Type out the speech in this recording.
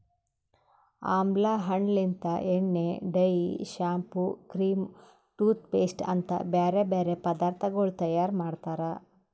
ಆಮ್ಲಾ ಹಣ್ಣ ಲಿಂತ್ ಎಣ್ಣೆ, dye, shampoo, cream, toothpaste ಅಂತ್ ಬ್ಯಾರೆ ಬ್ಯಾರೆ ಪದಾರ್ಥಗೊಳ್ ತೈಯಾರ್ ಮಾಡ್ತಾರ್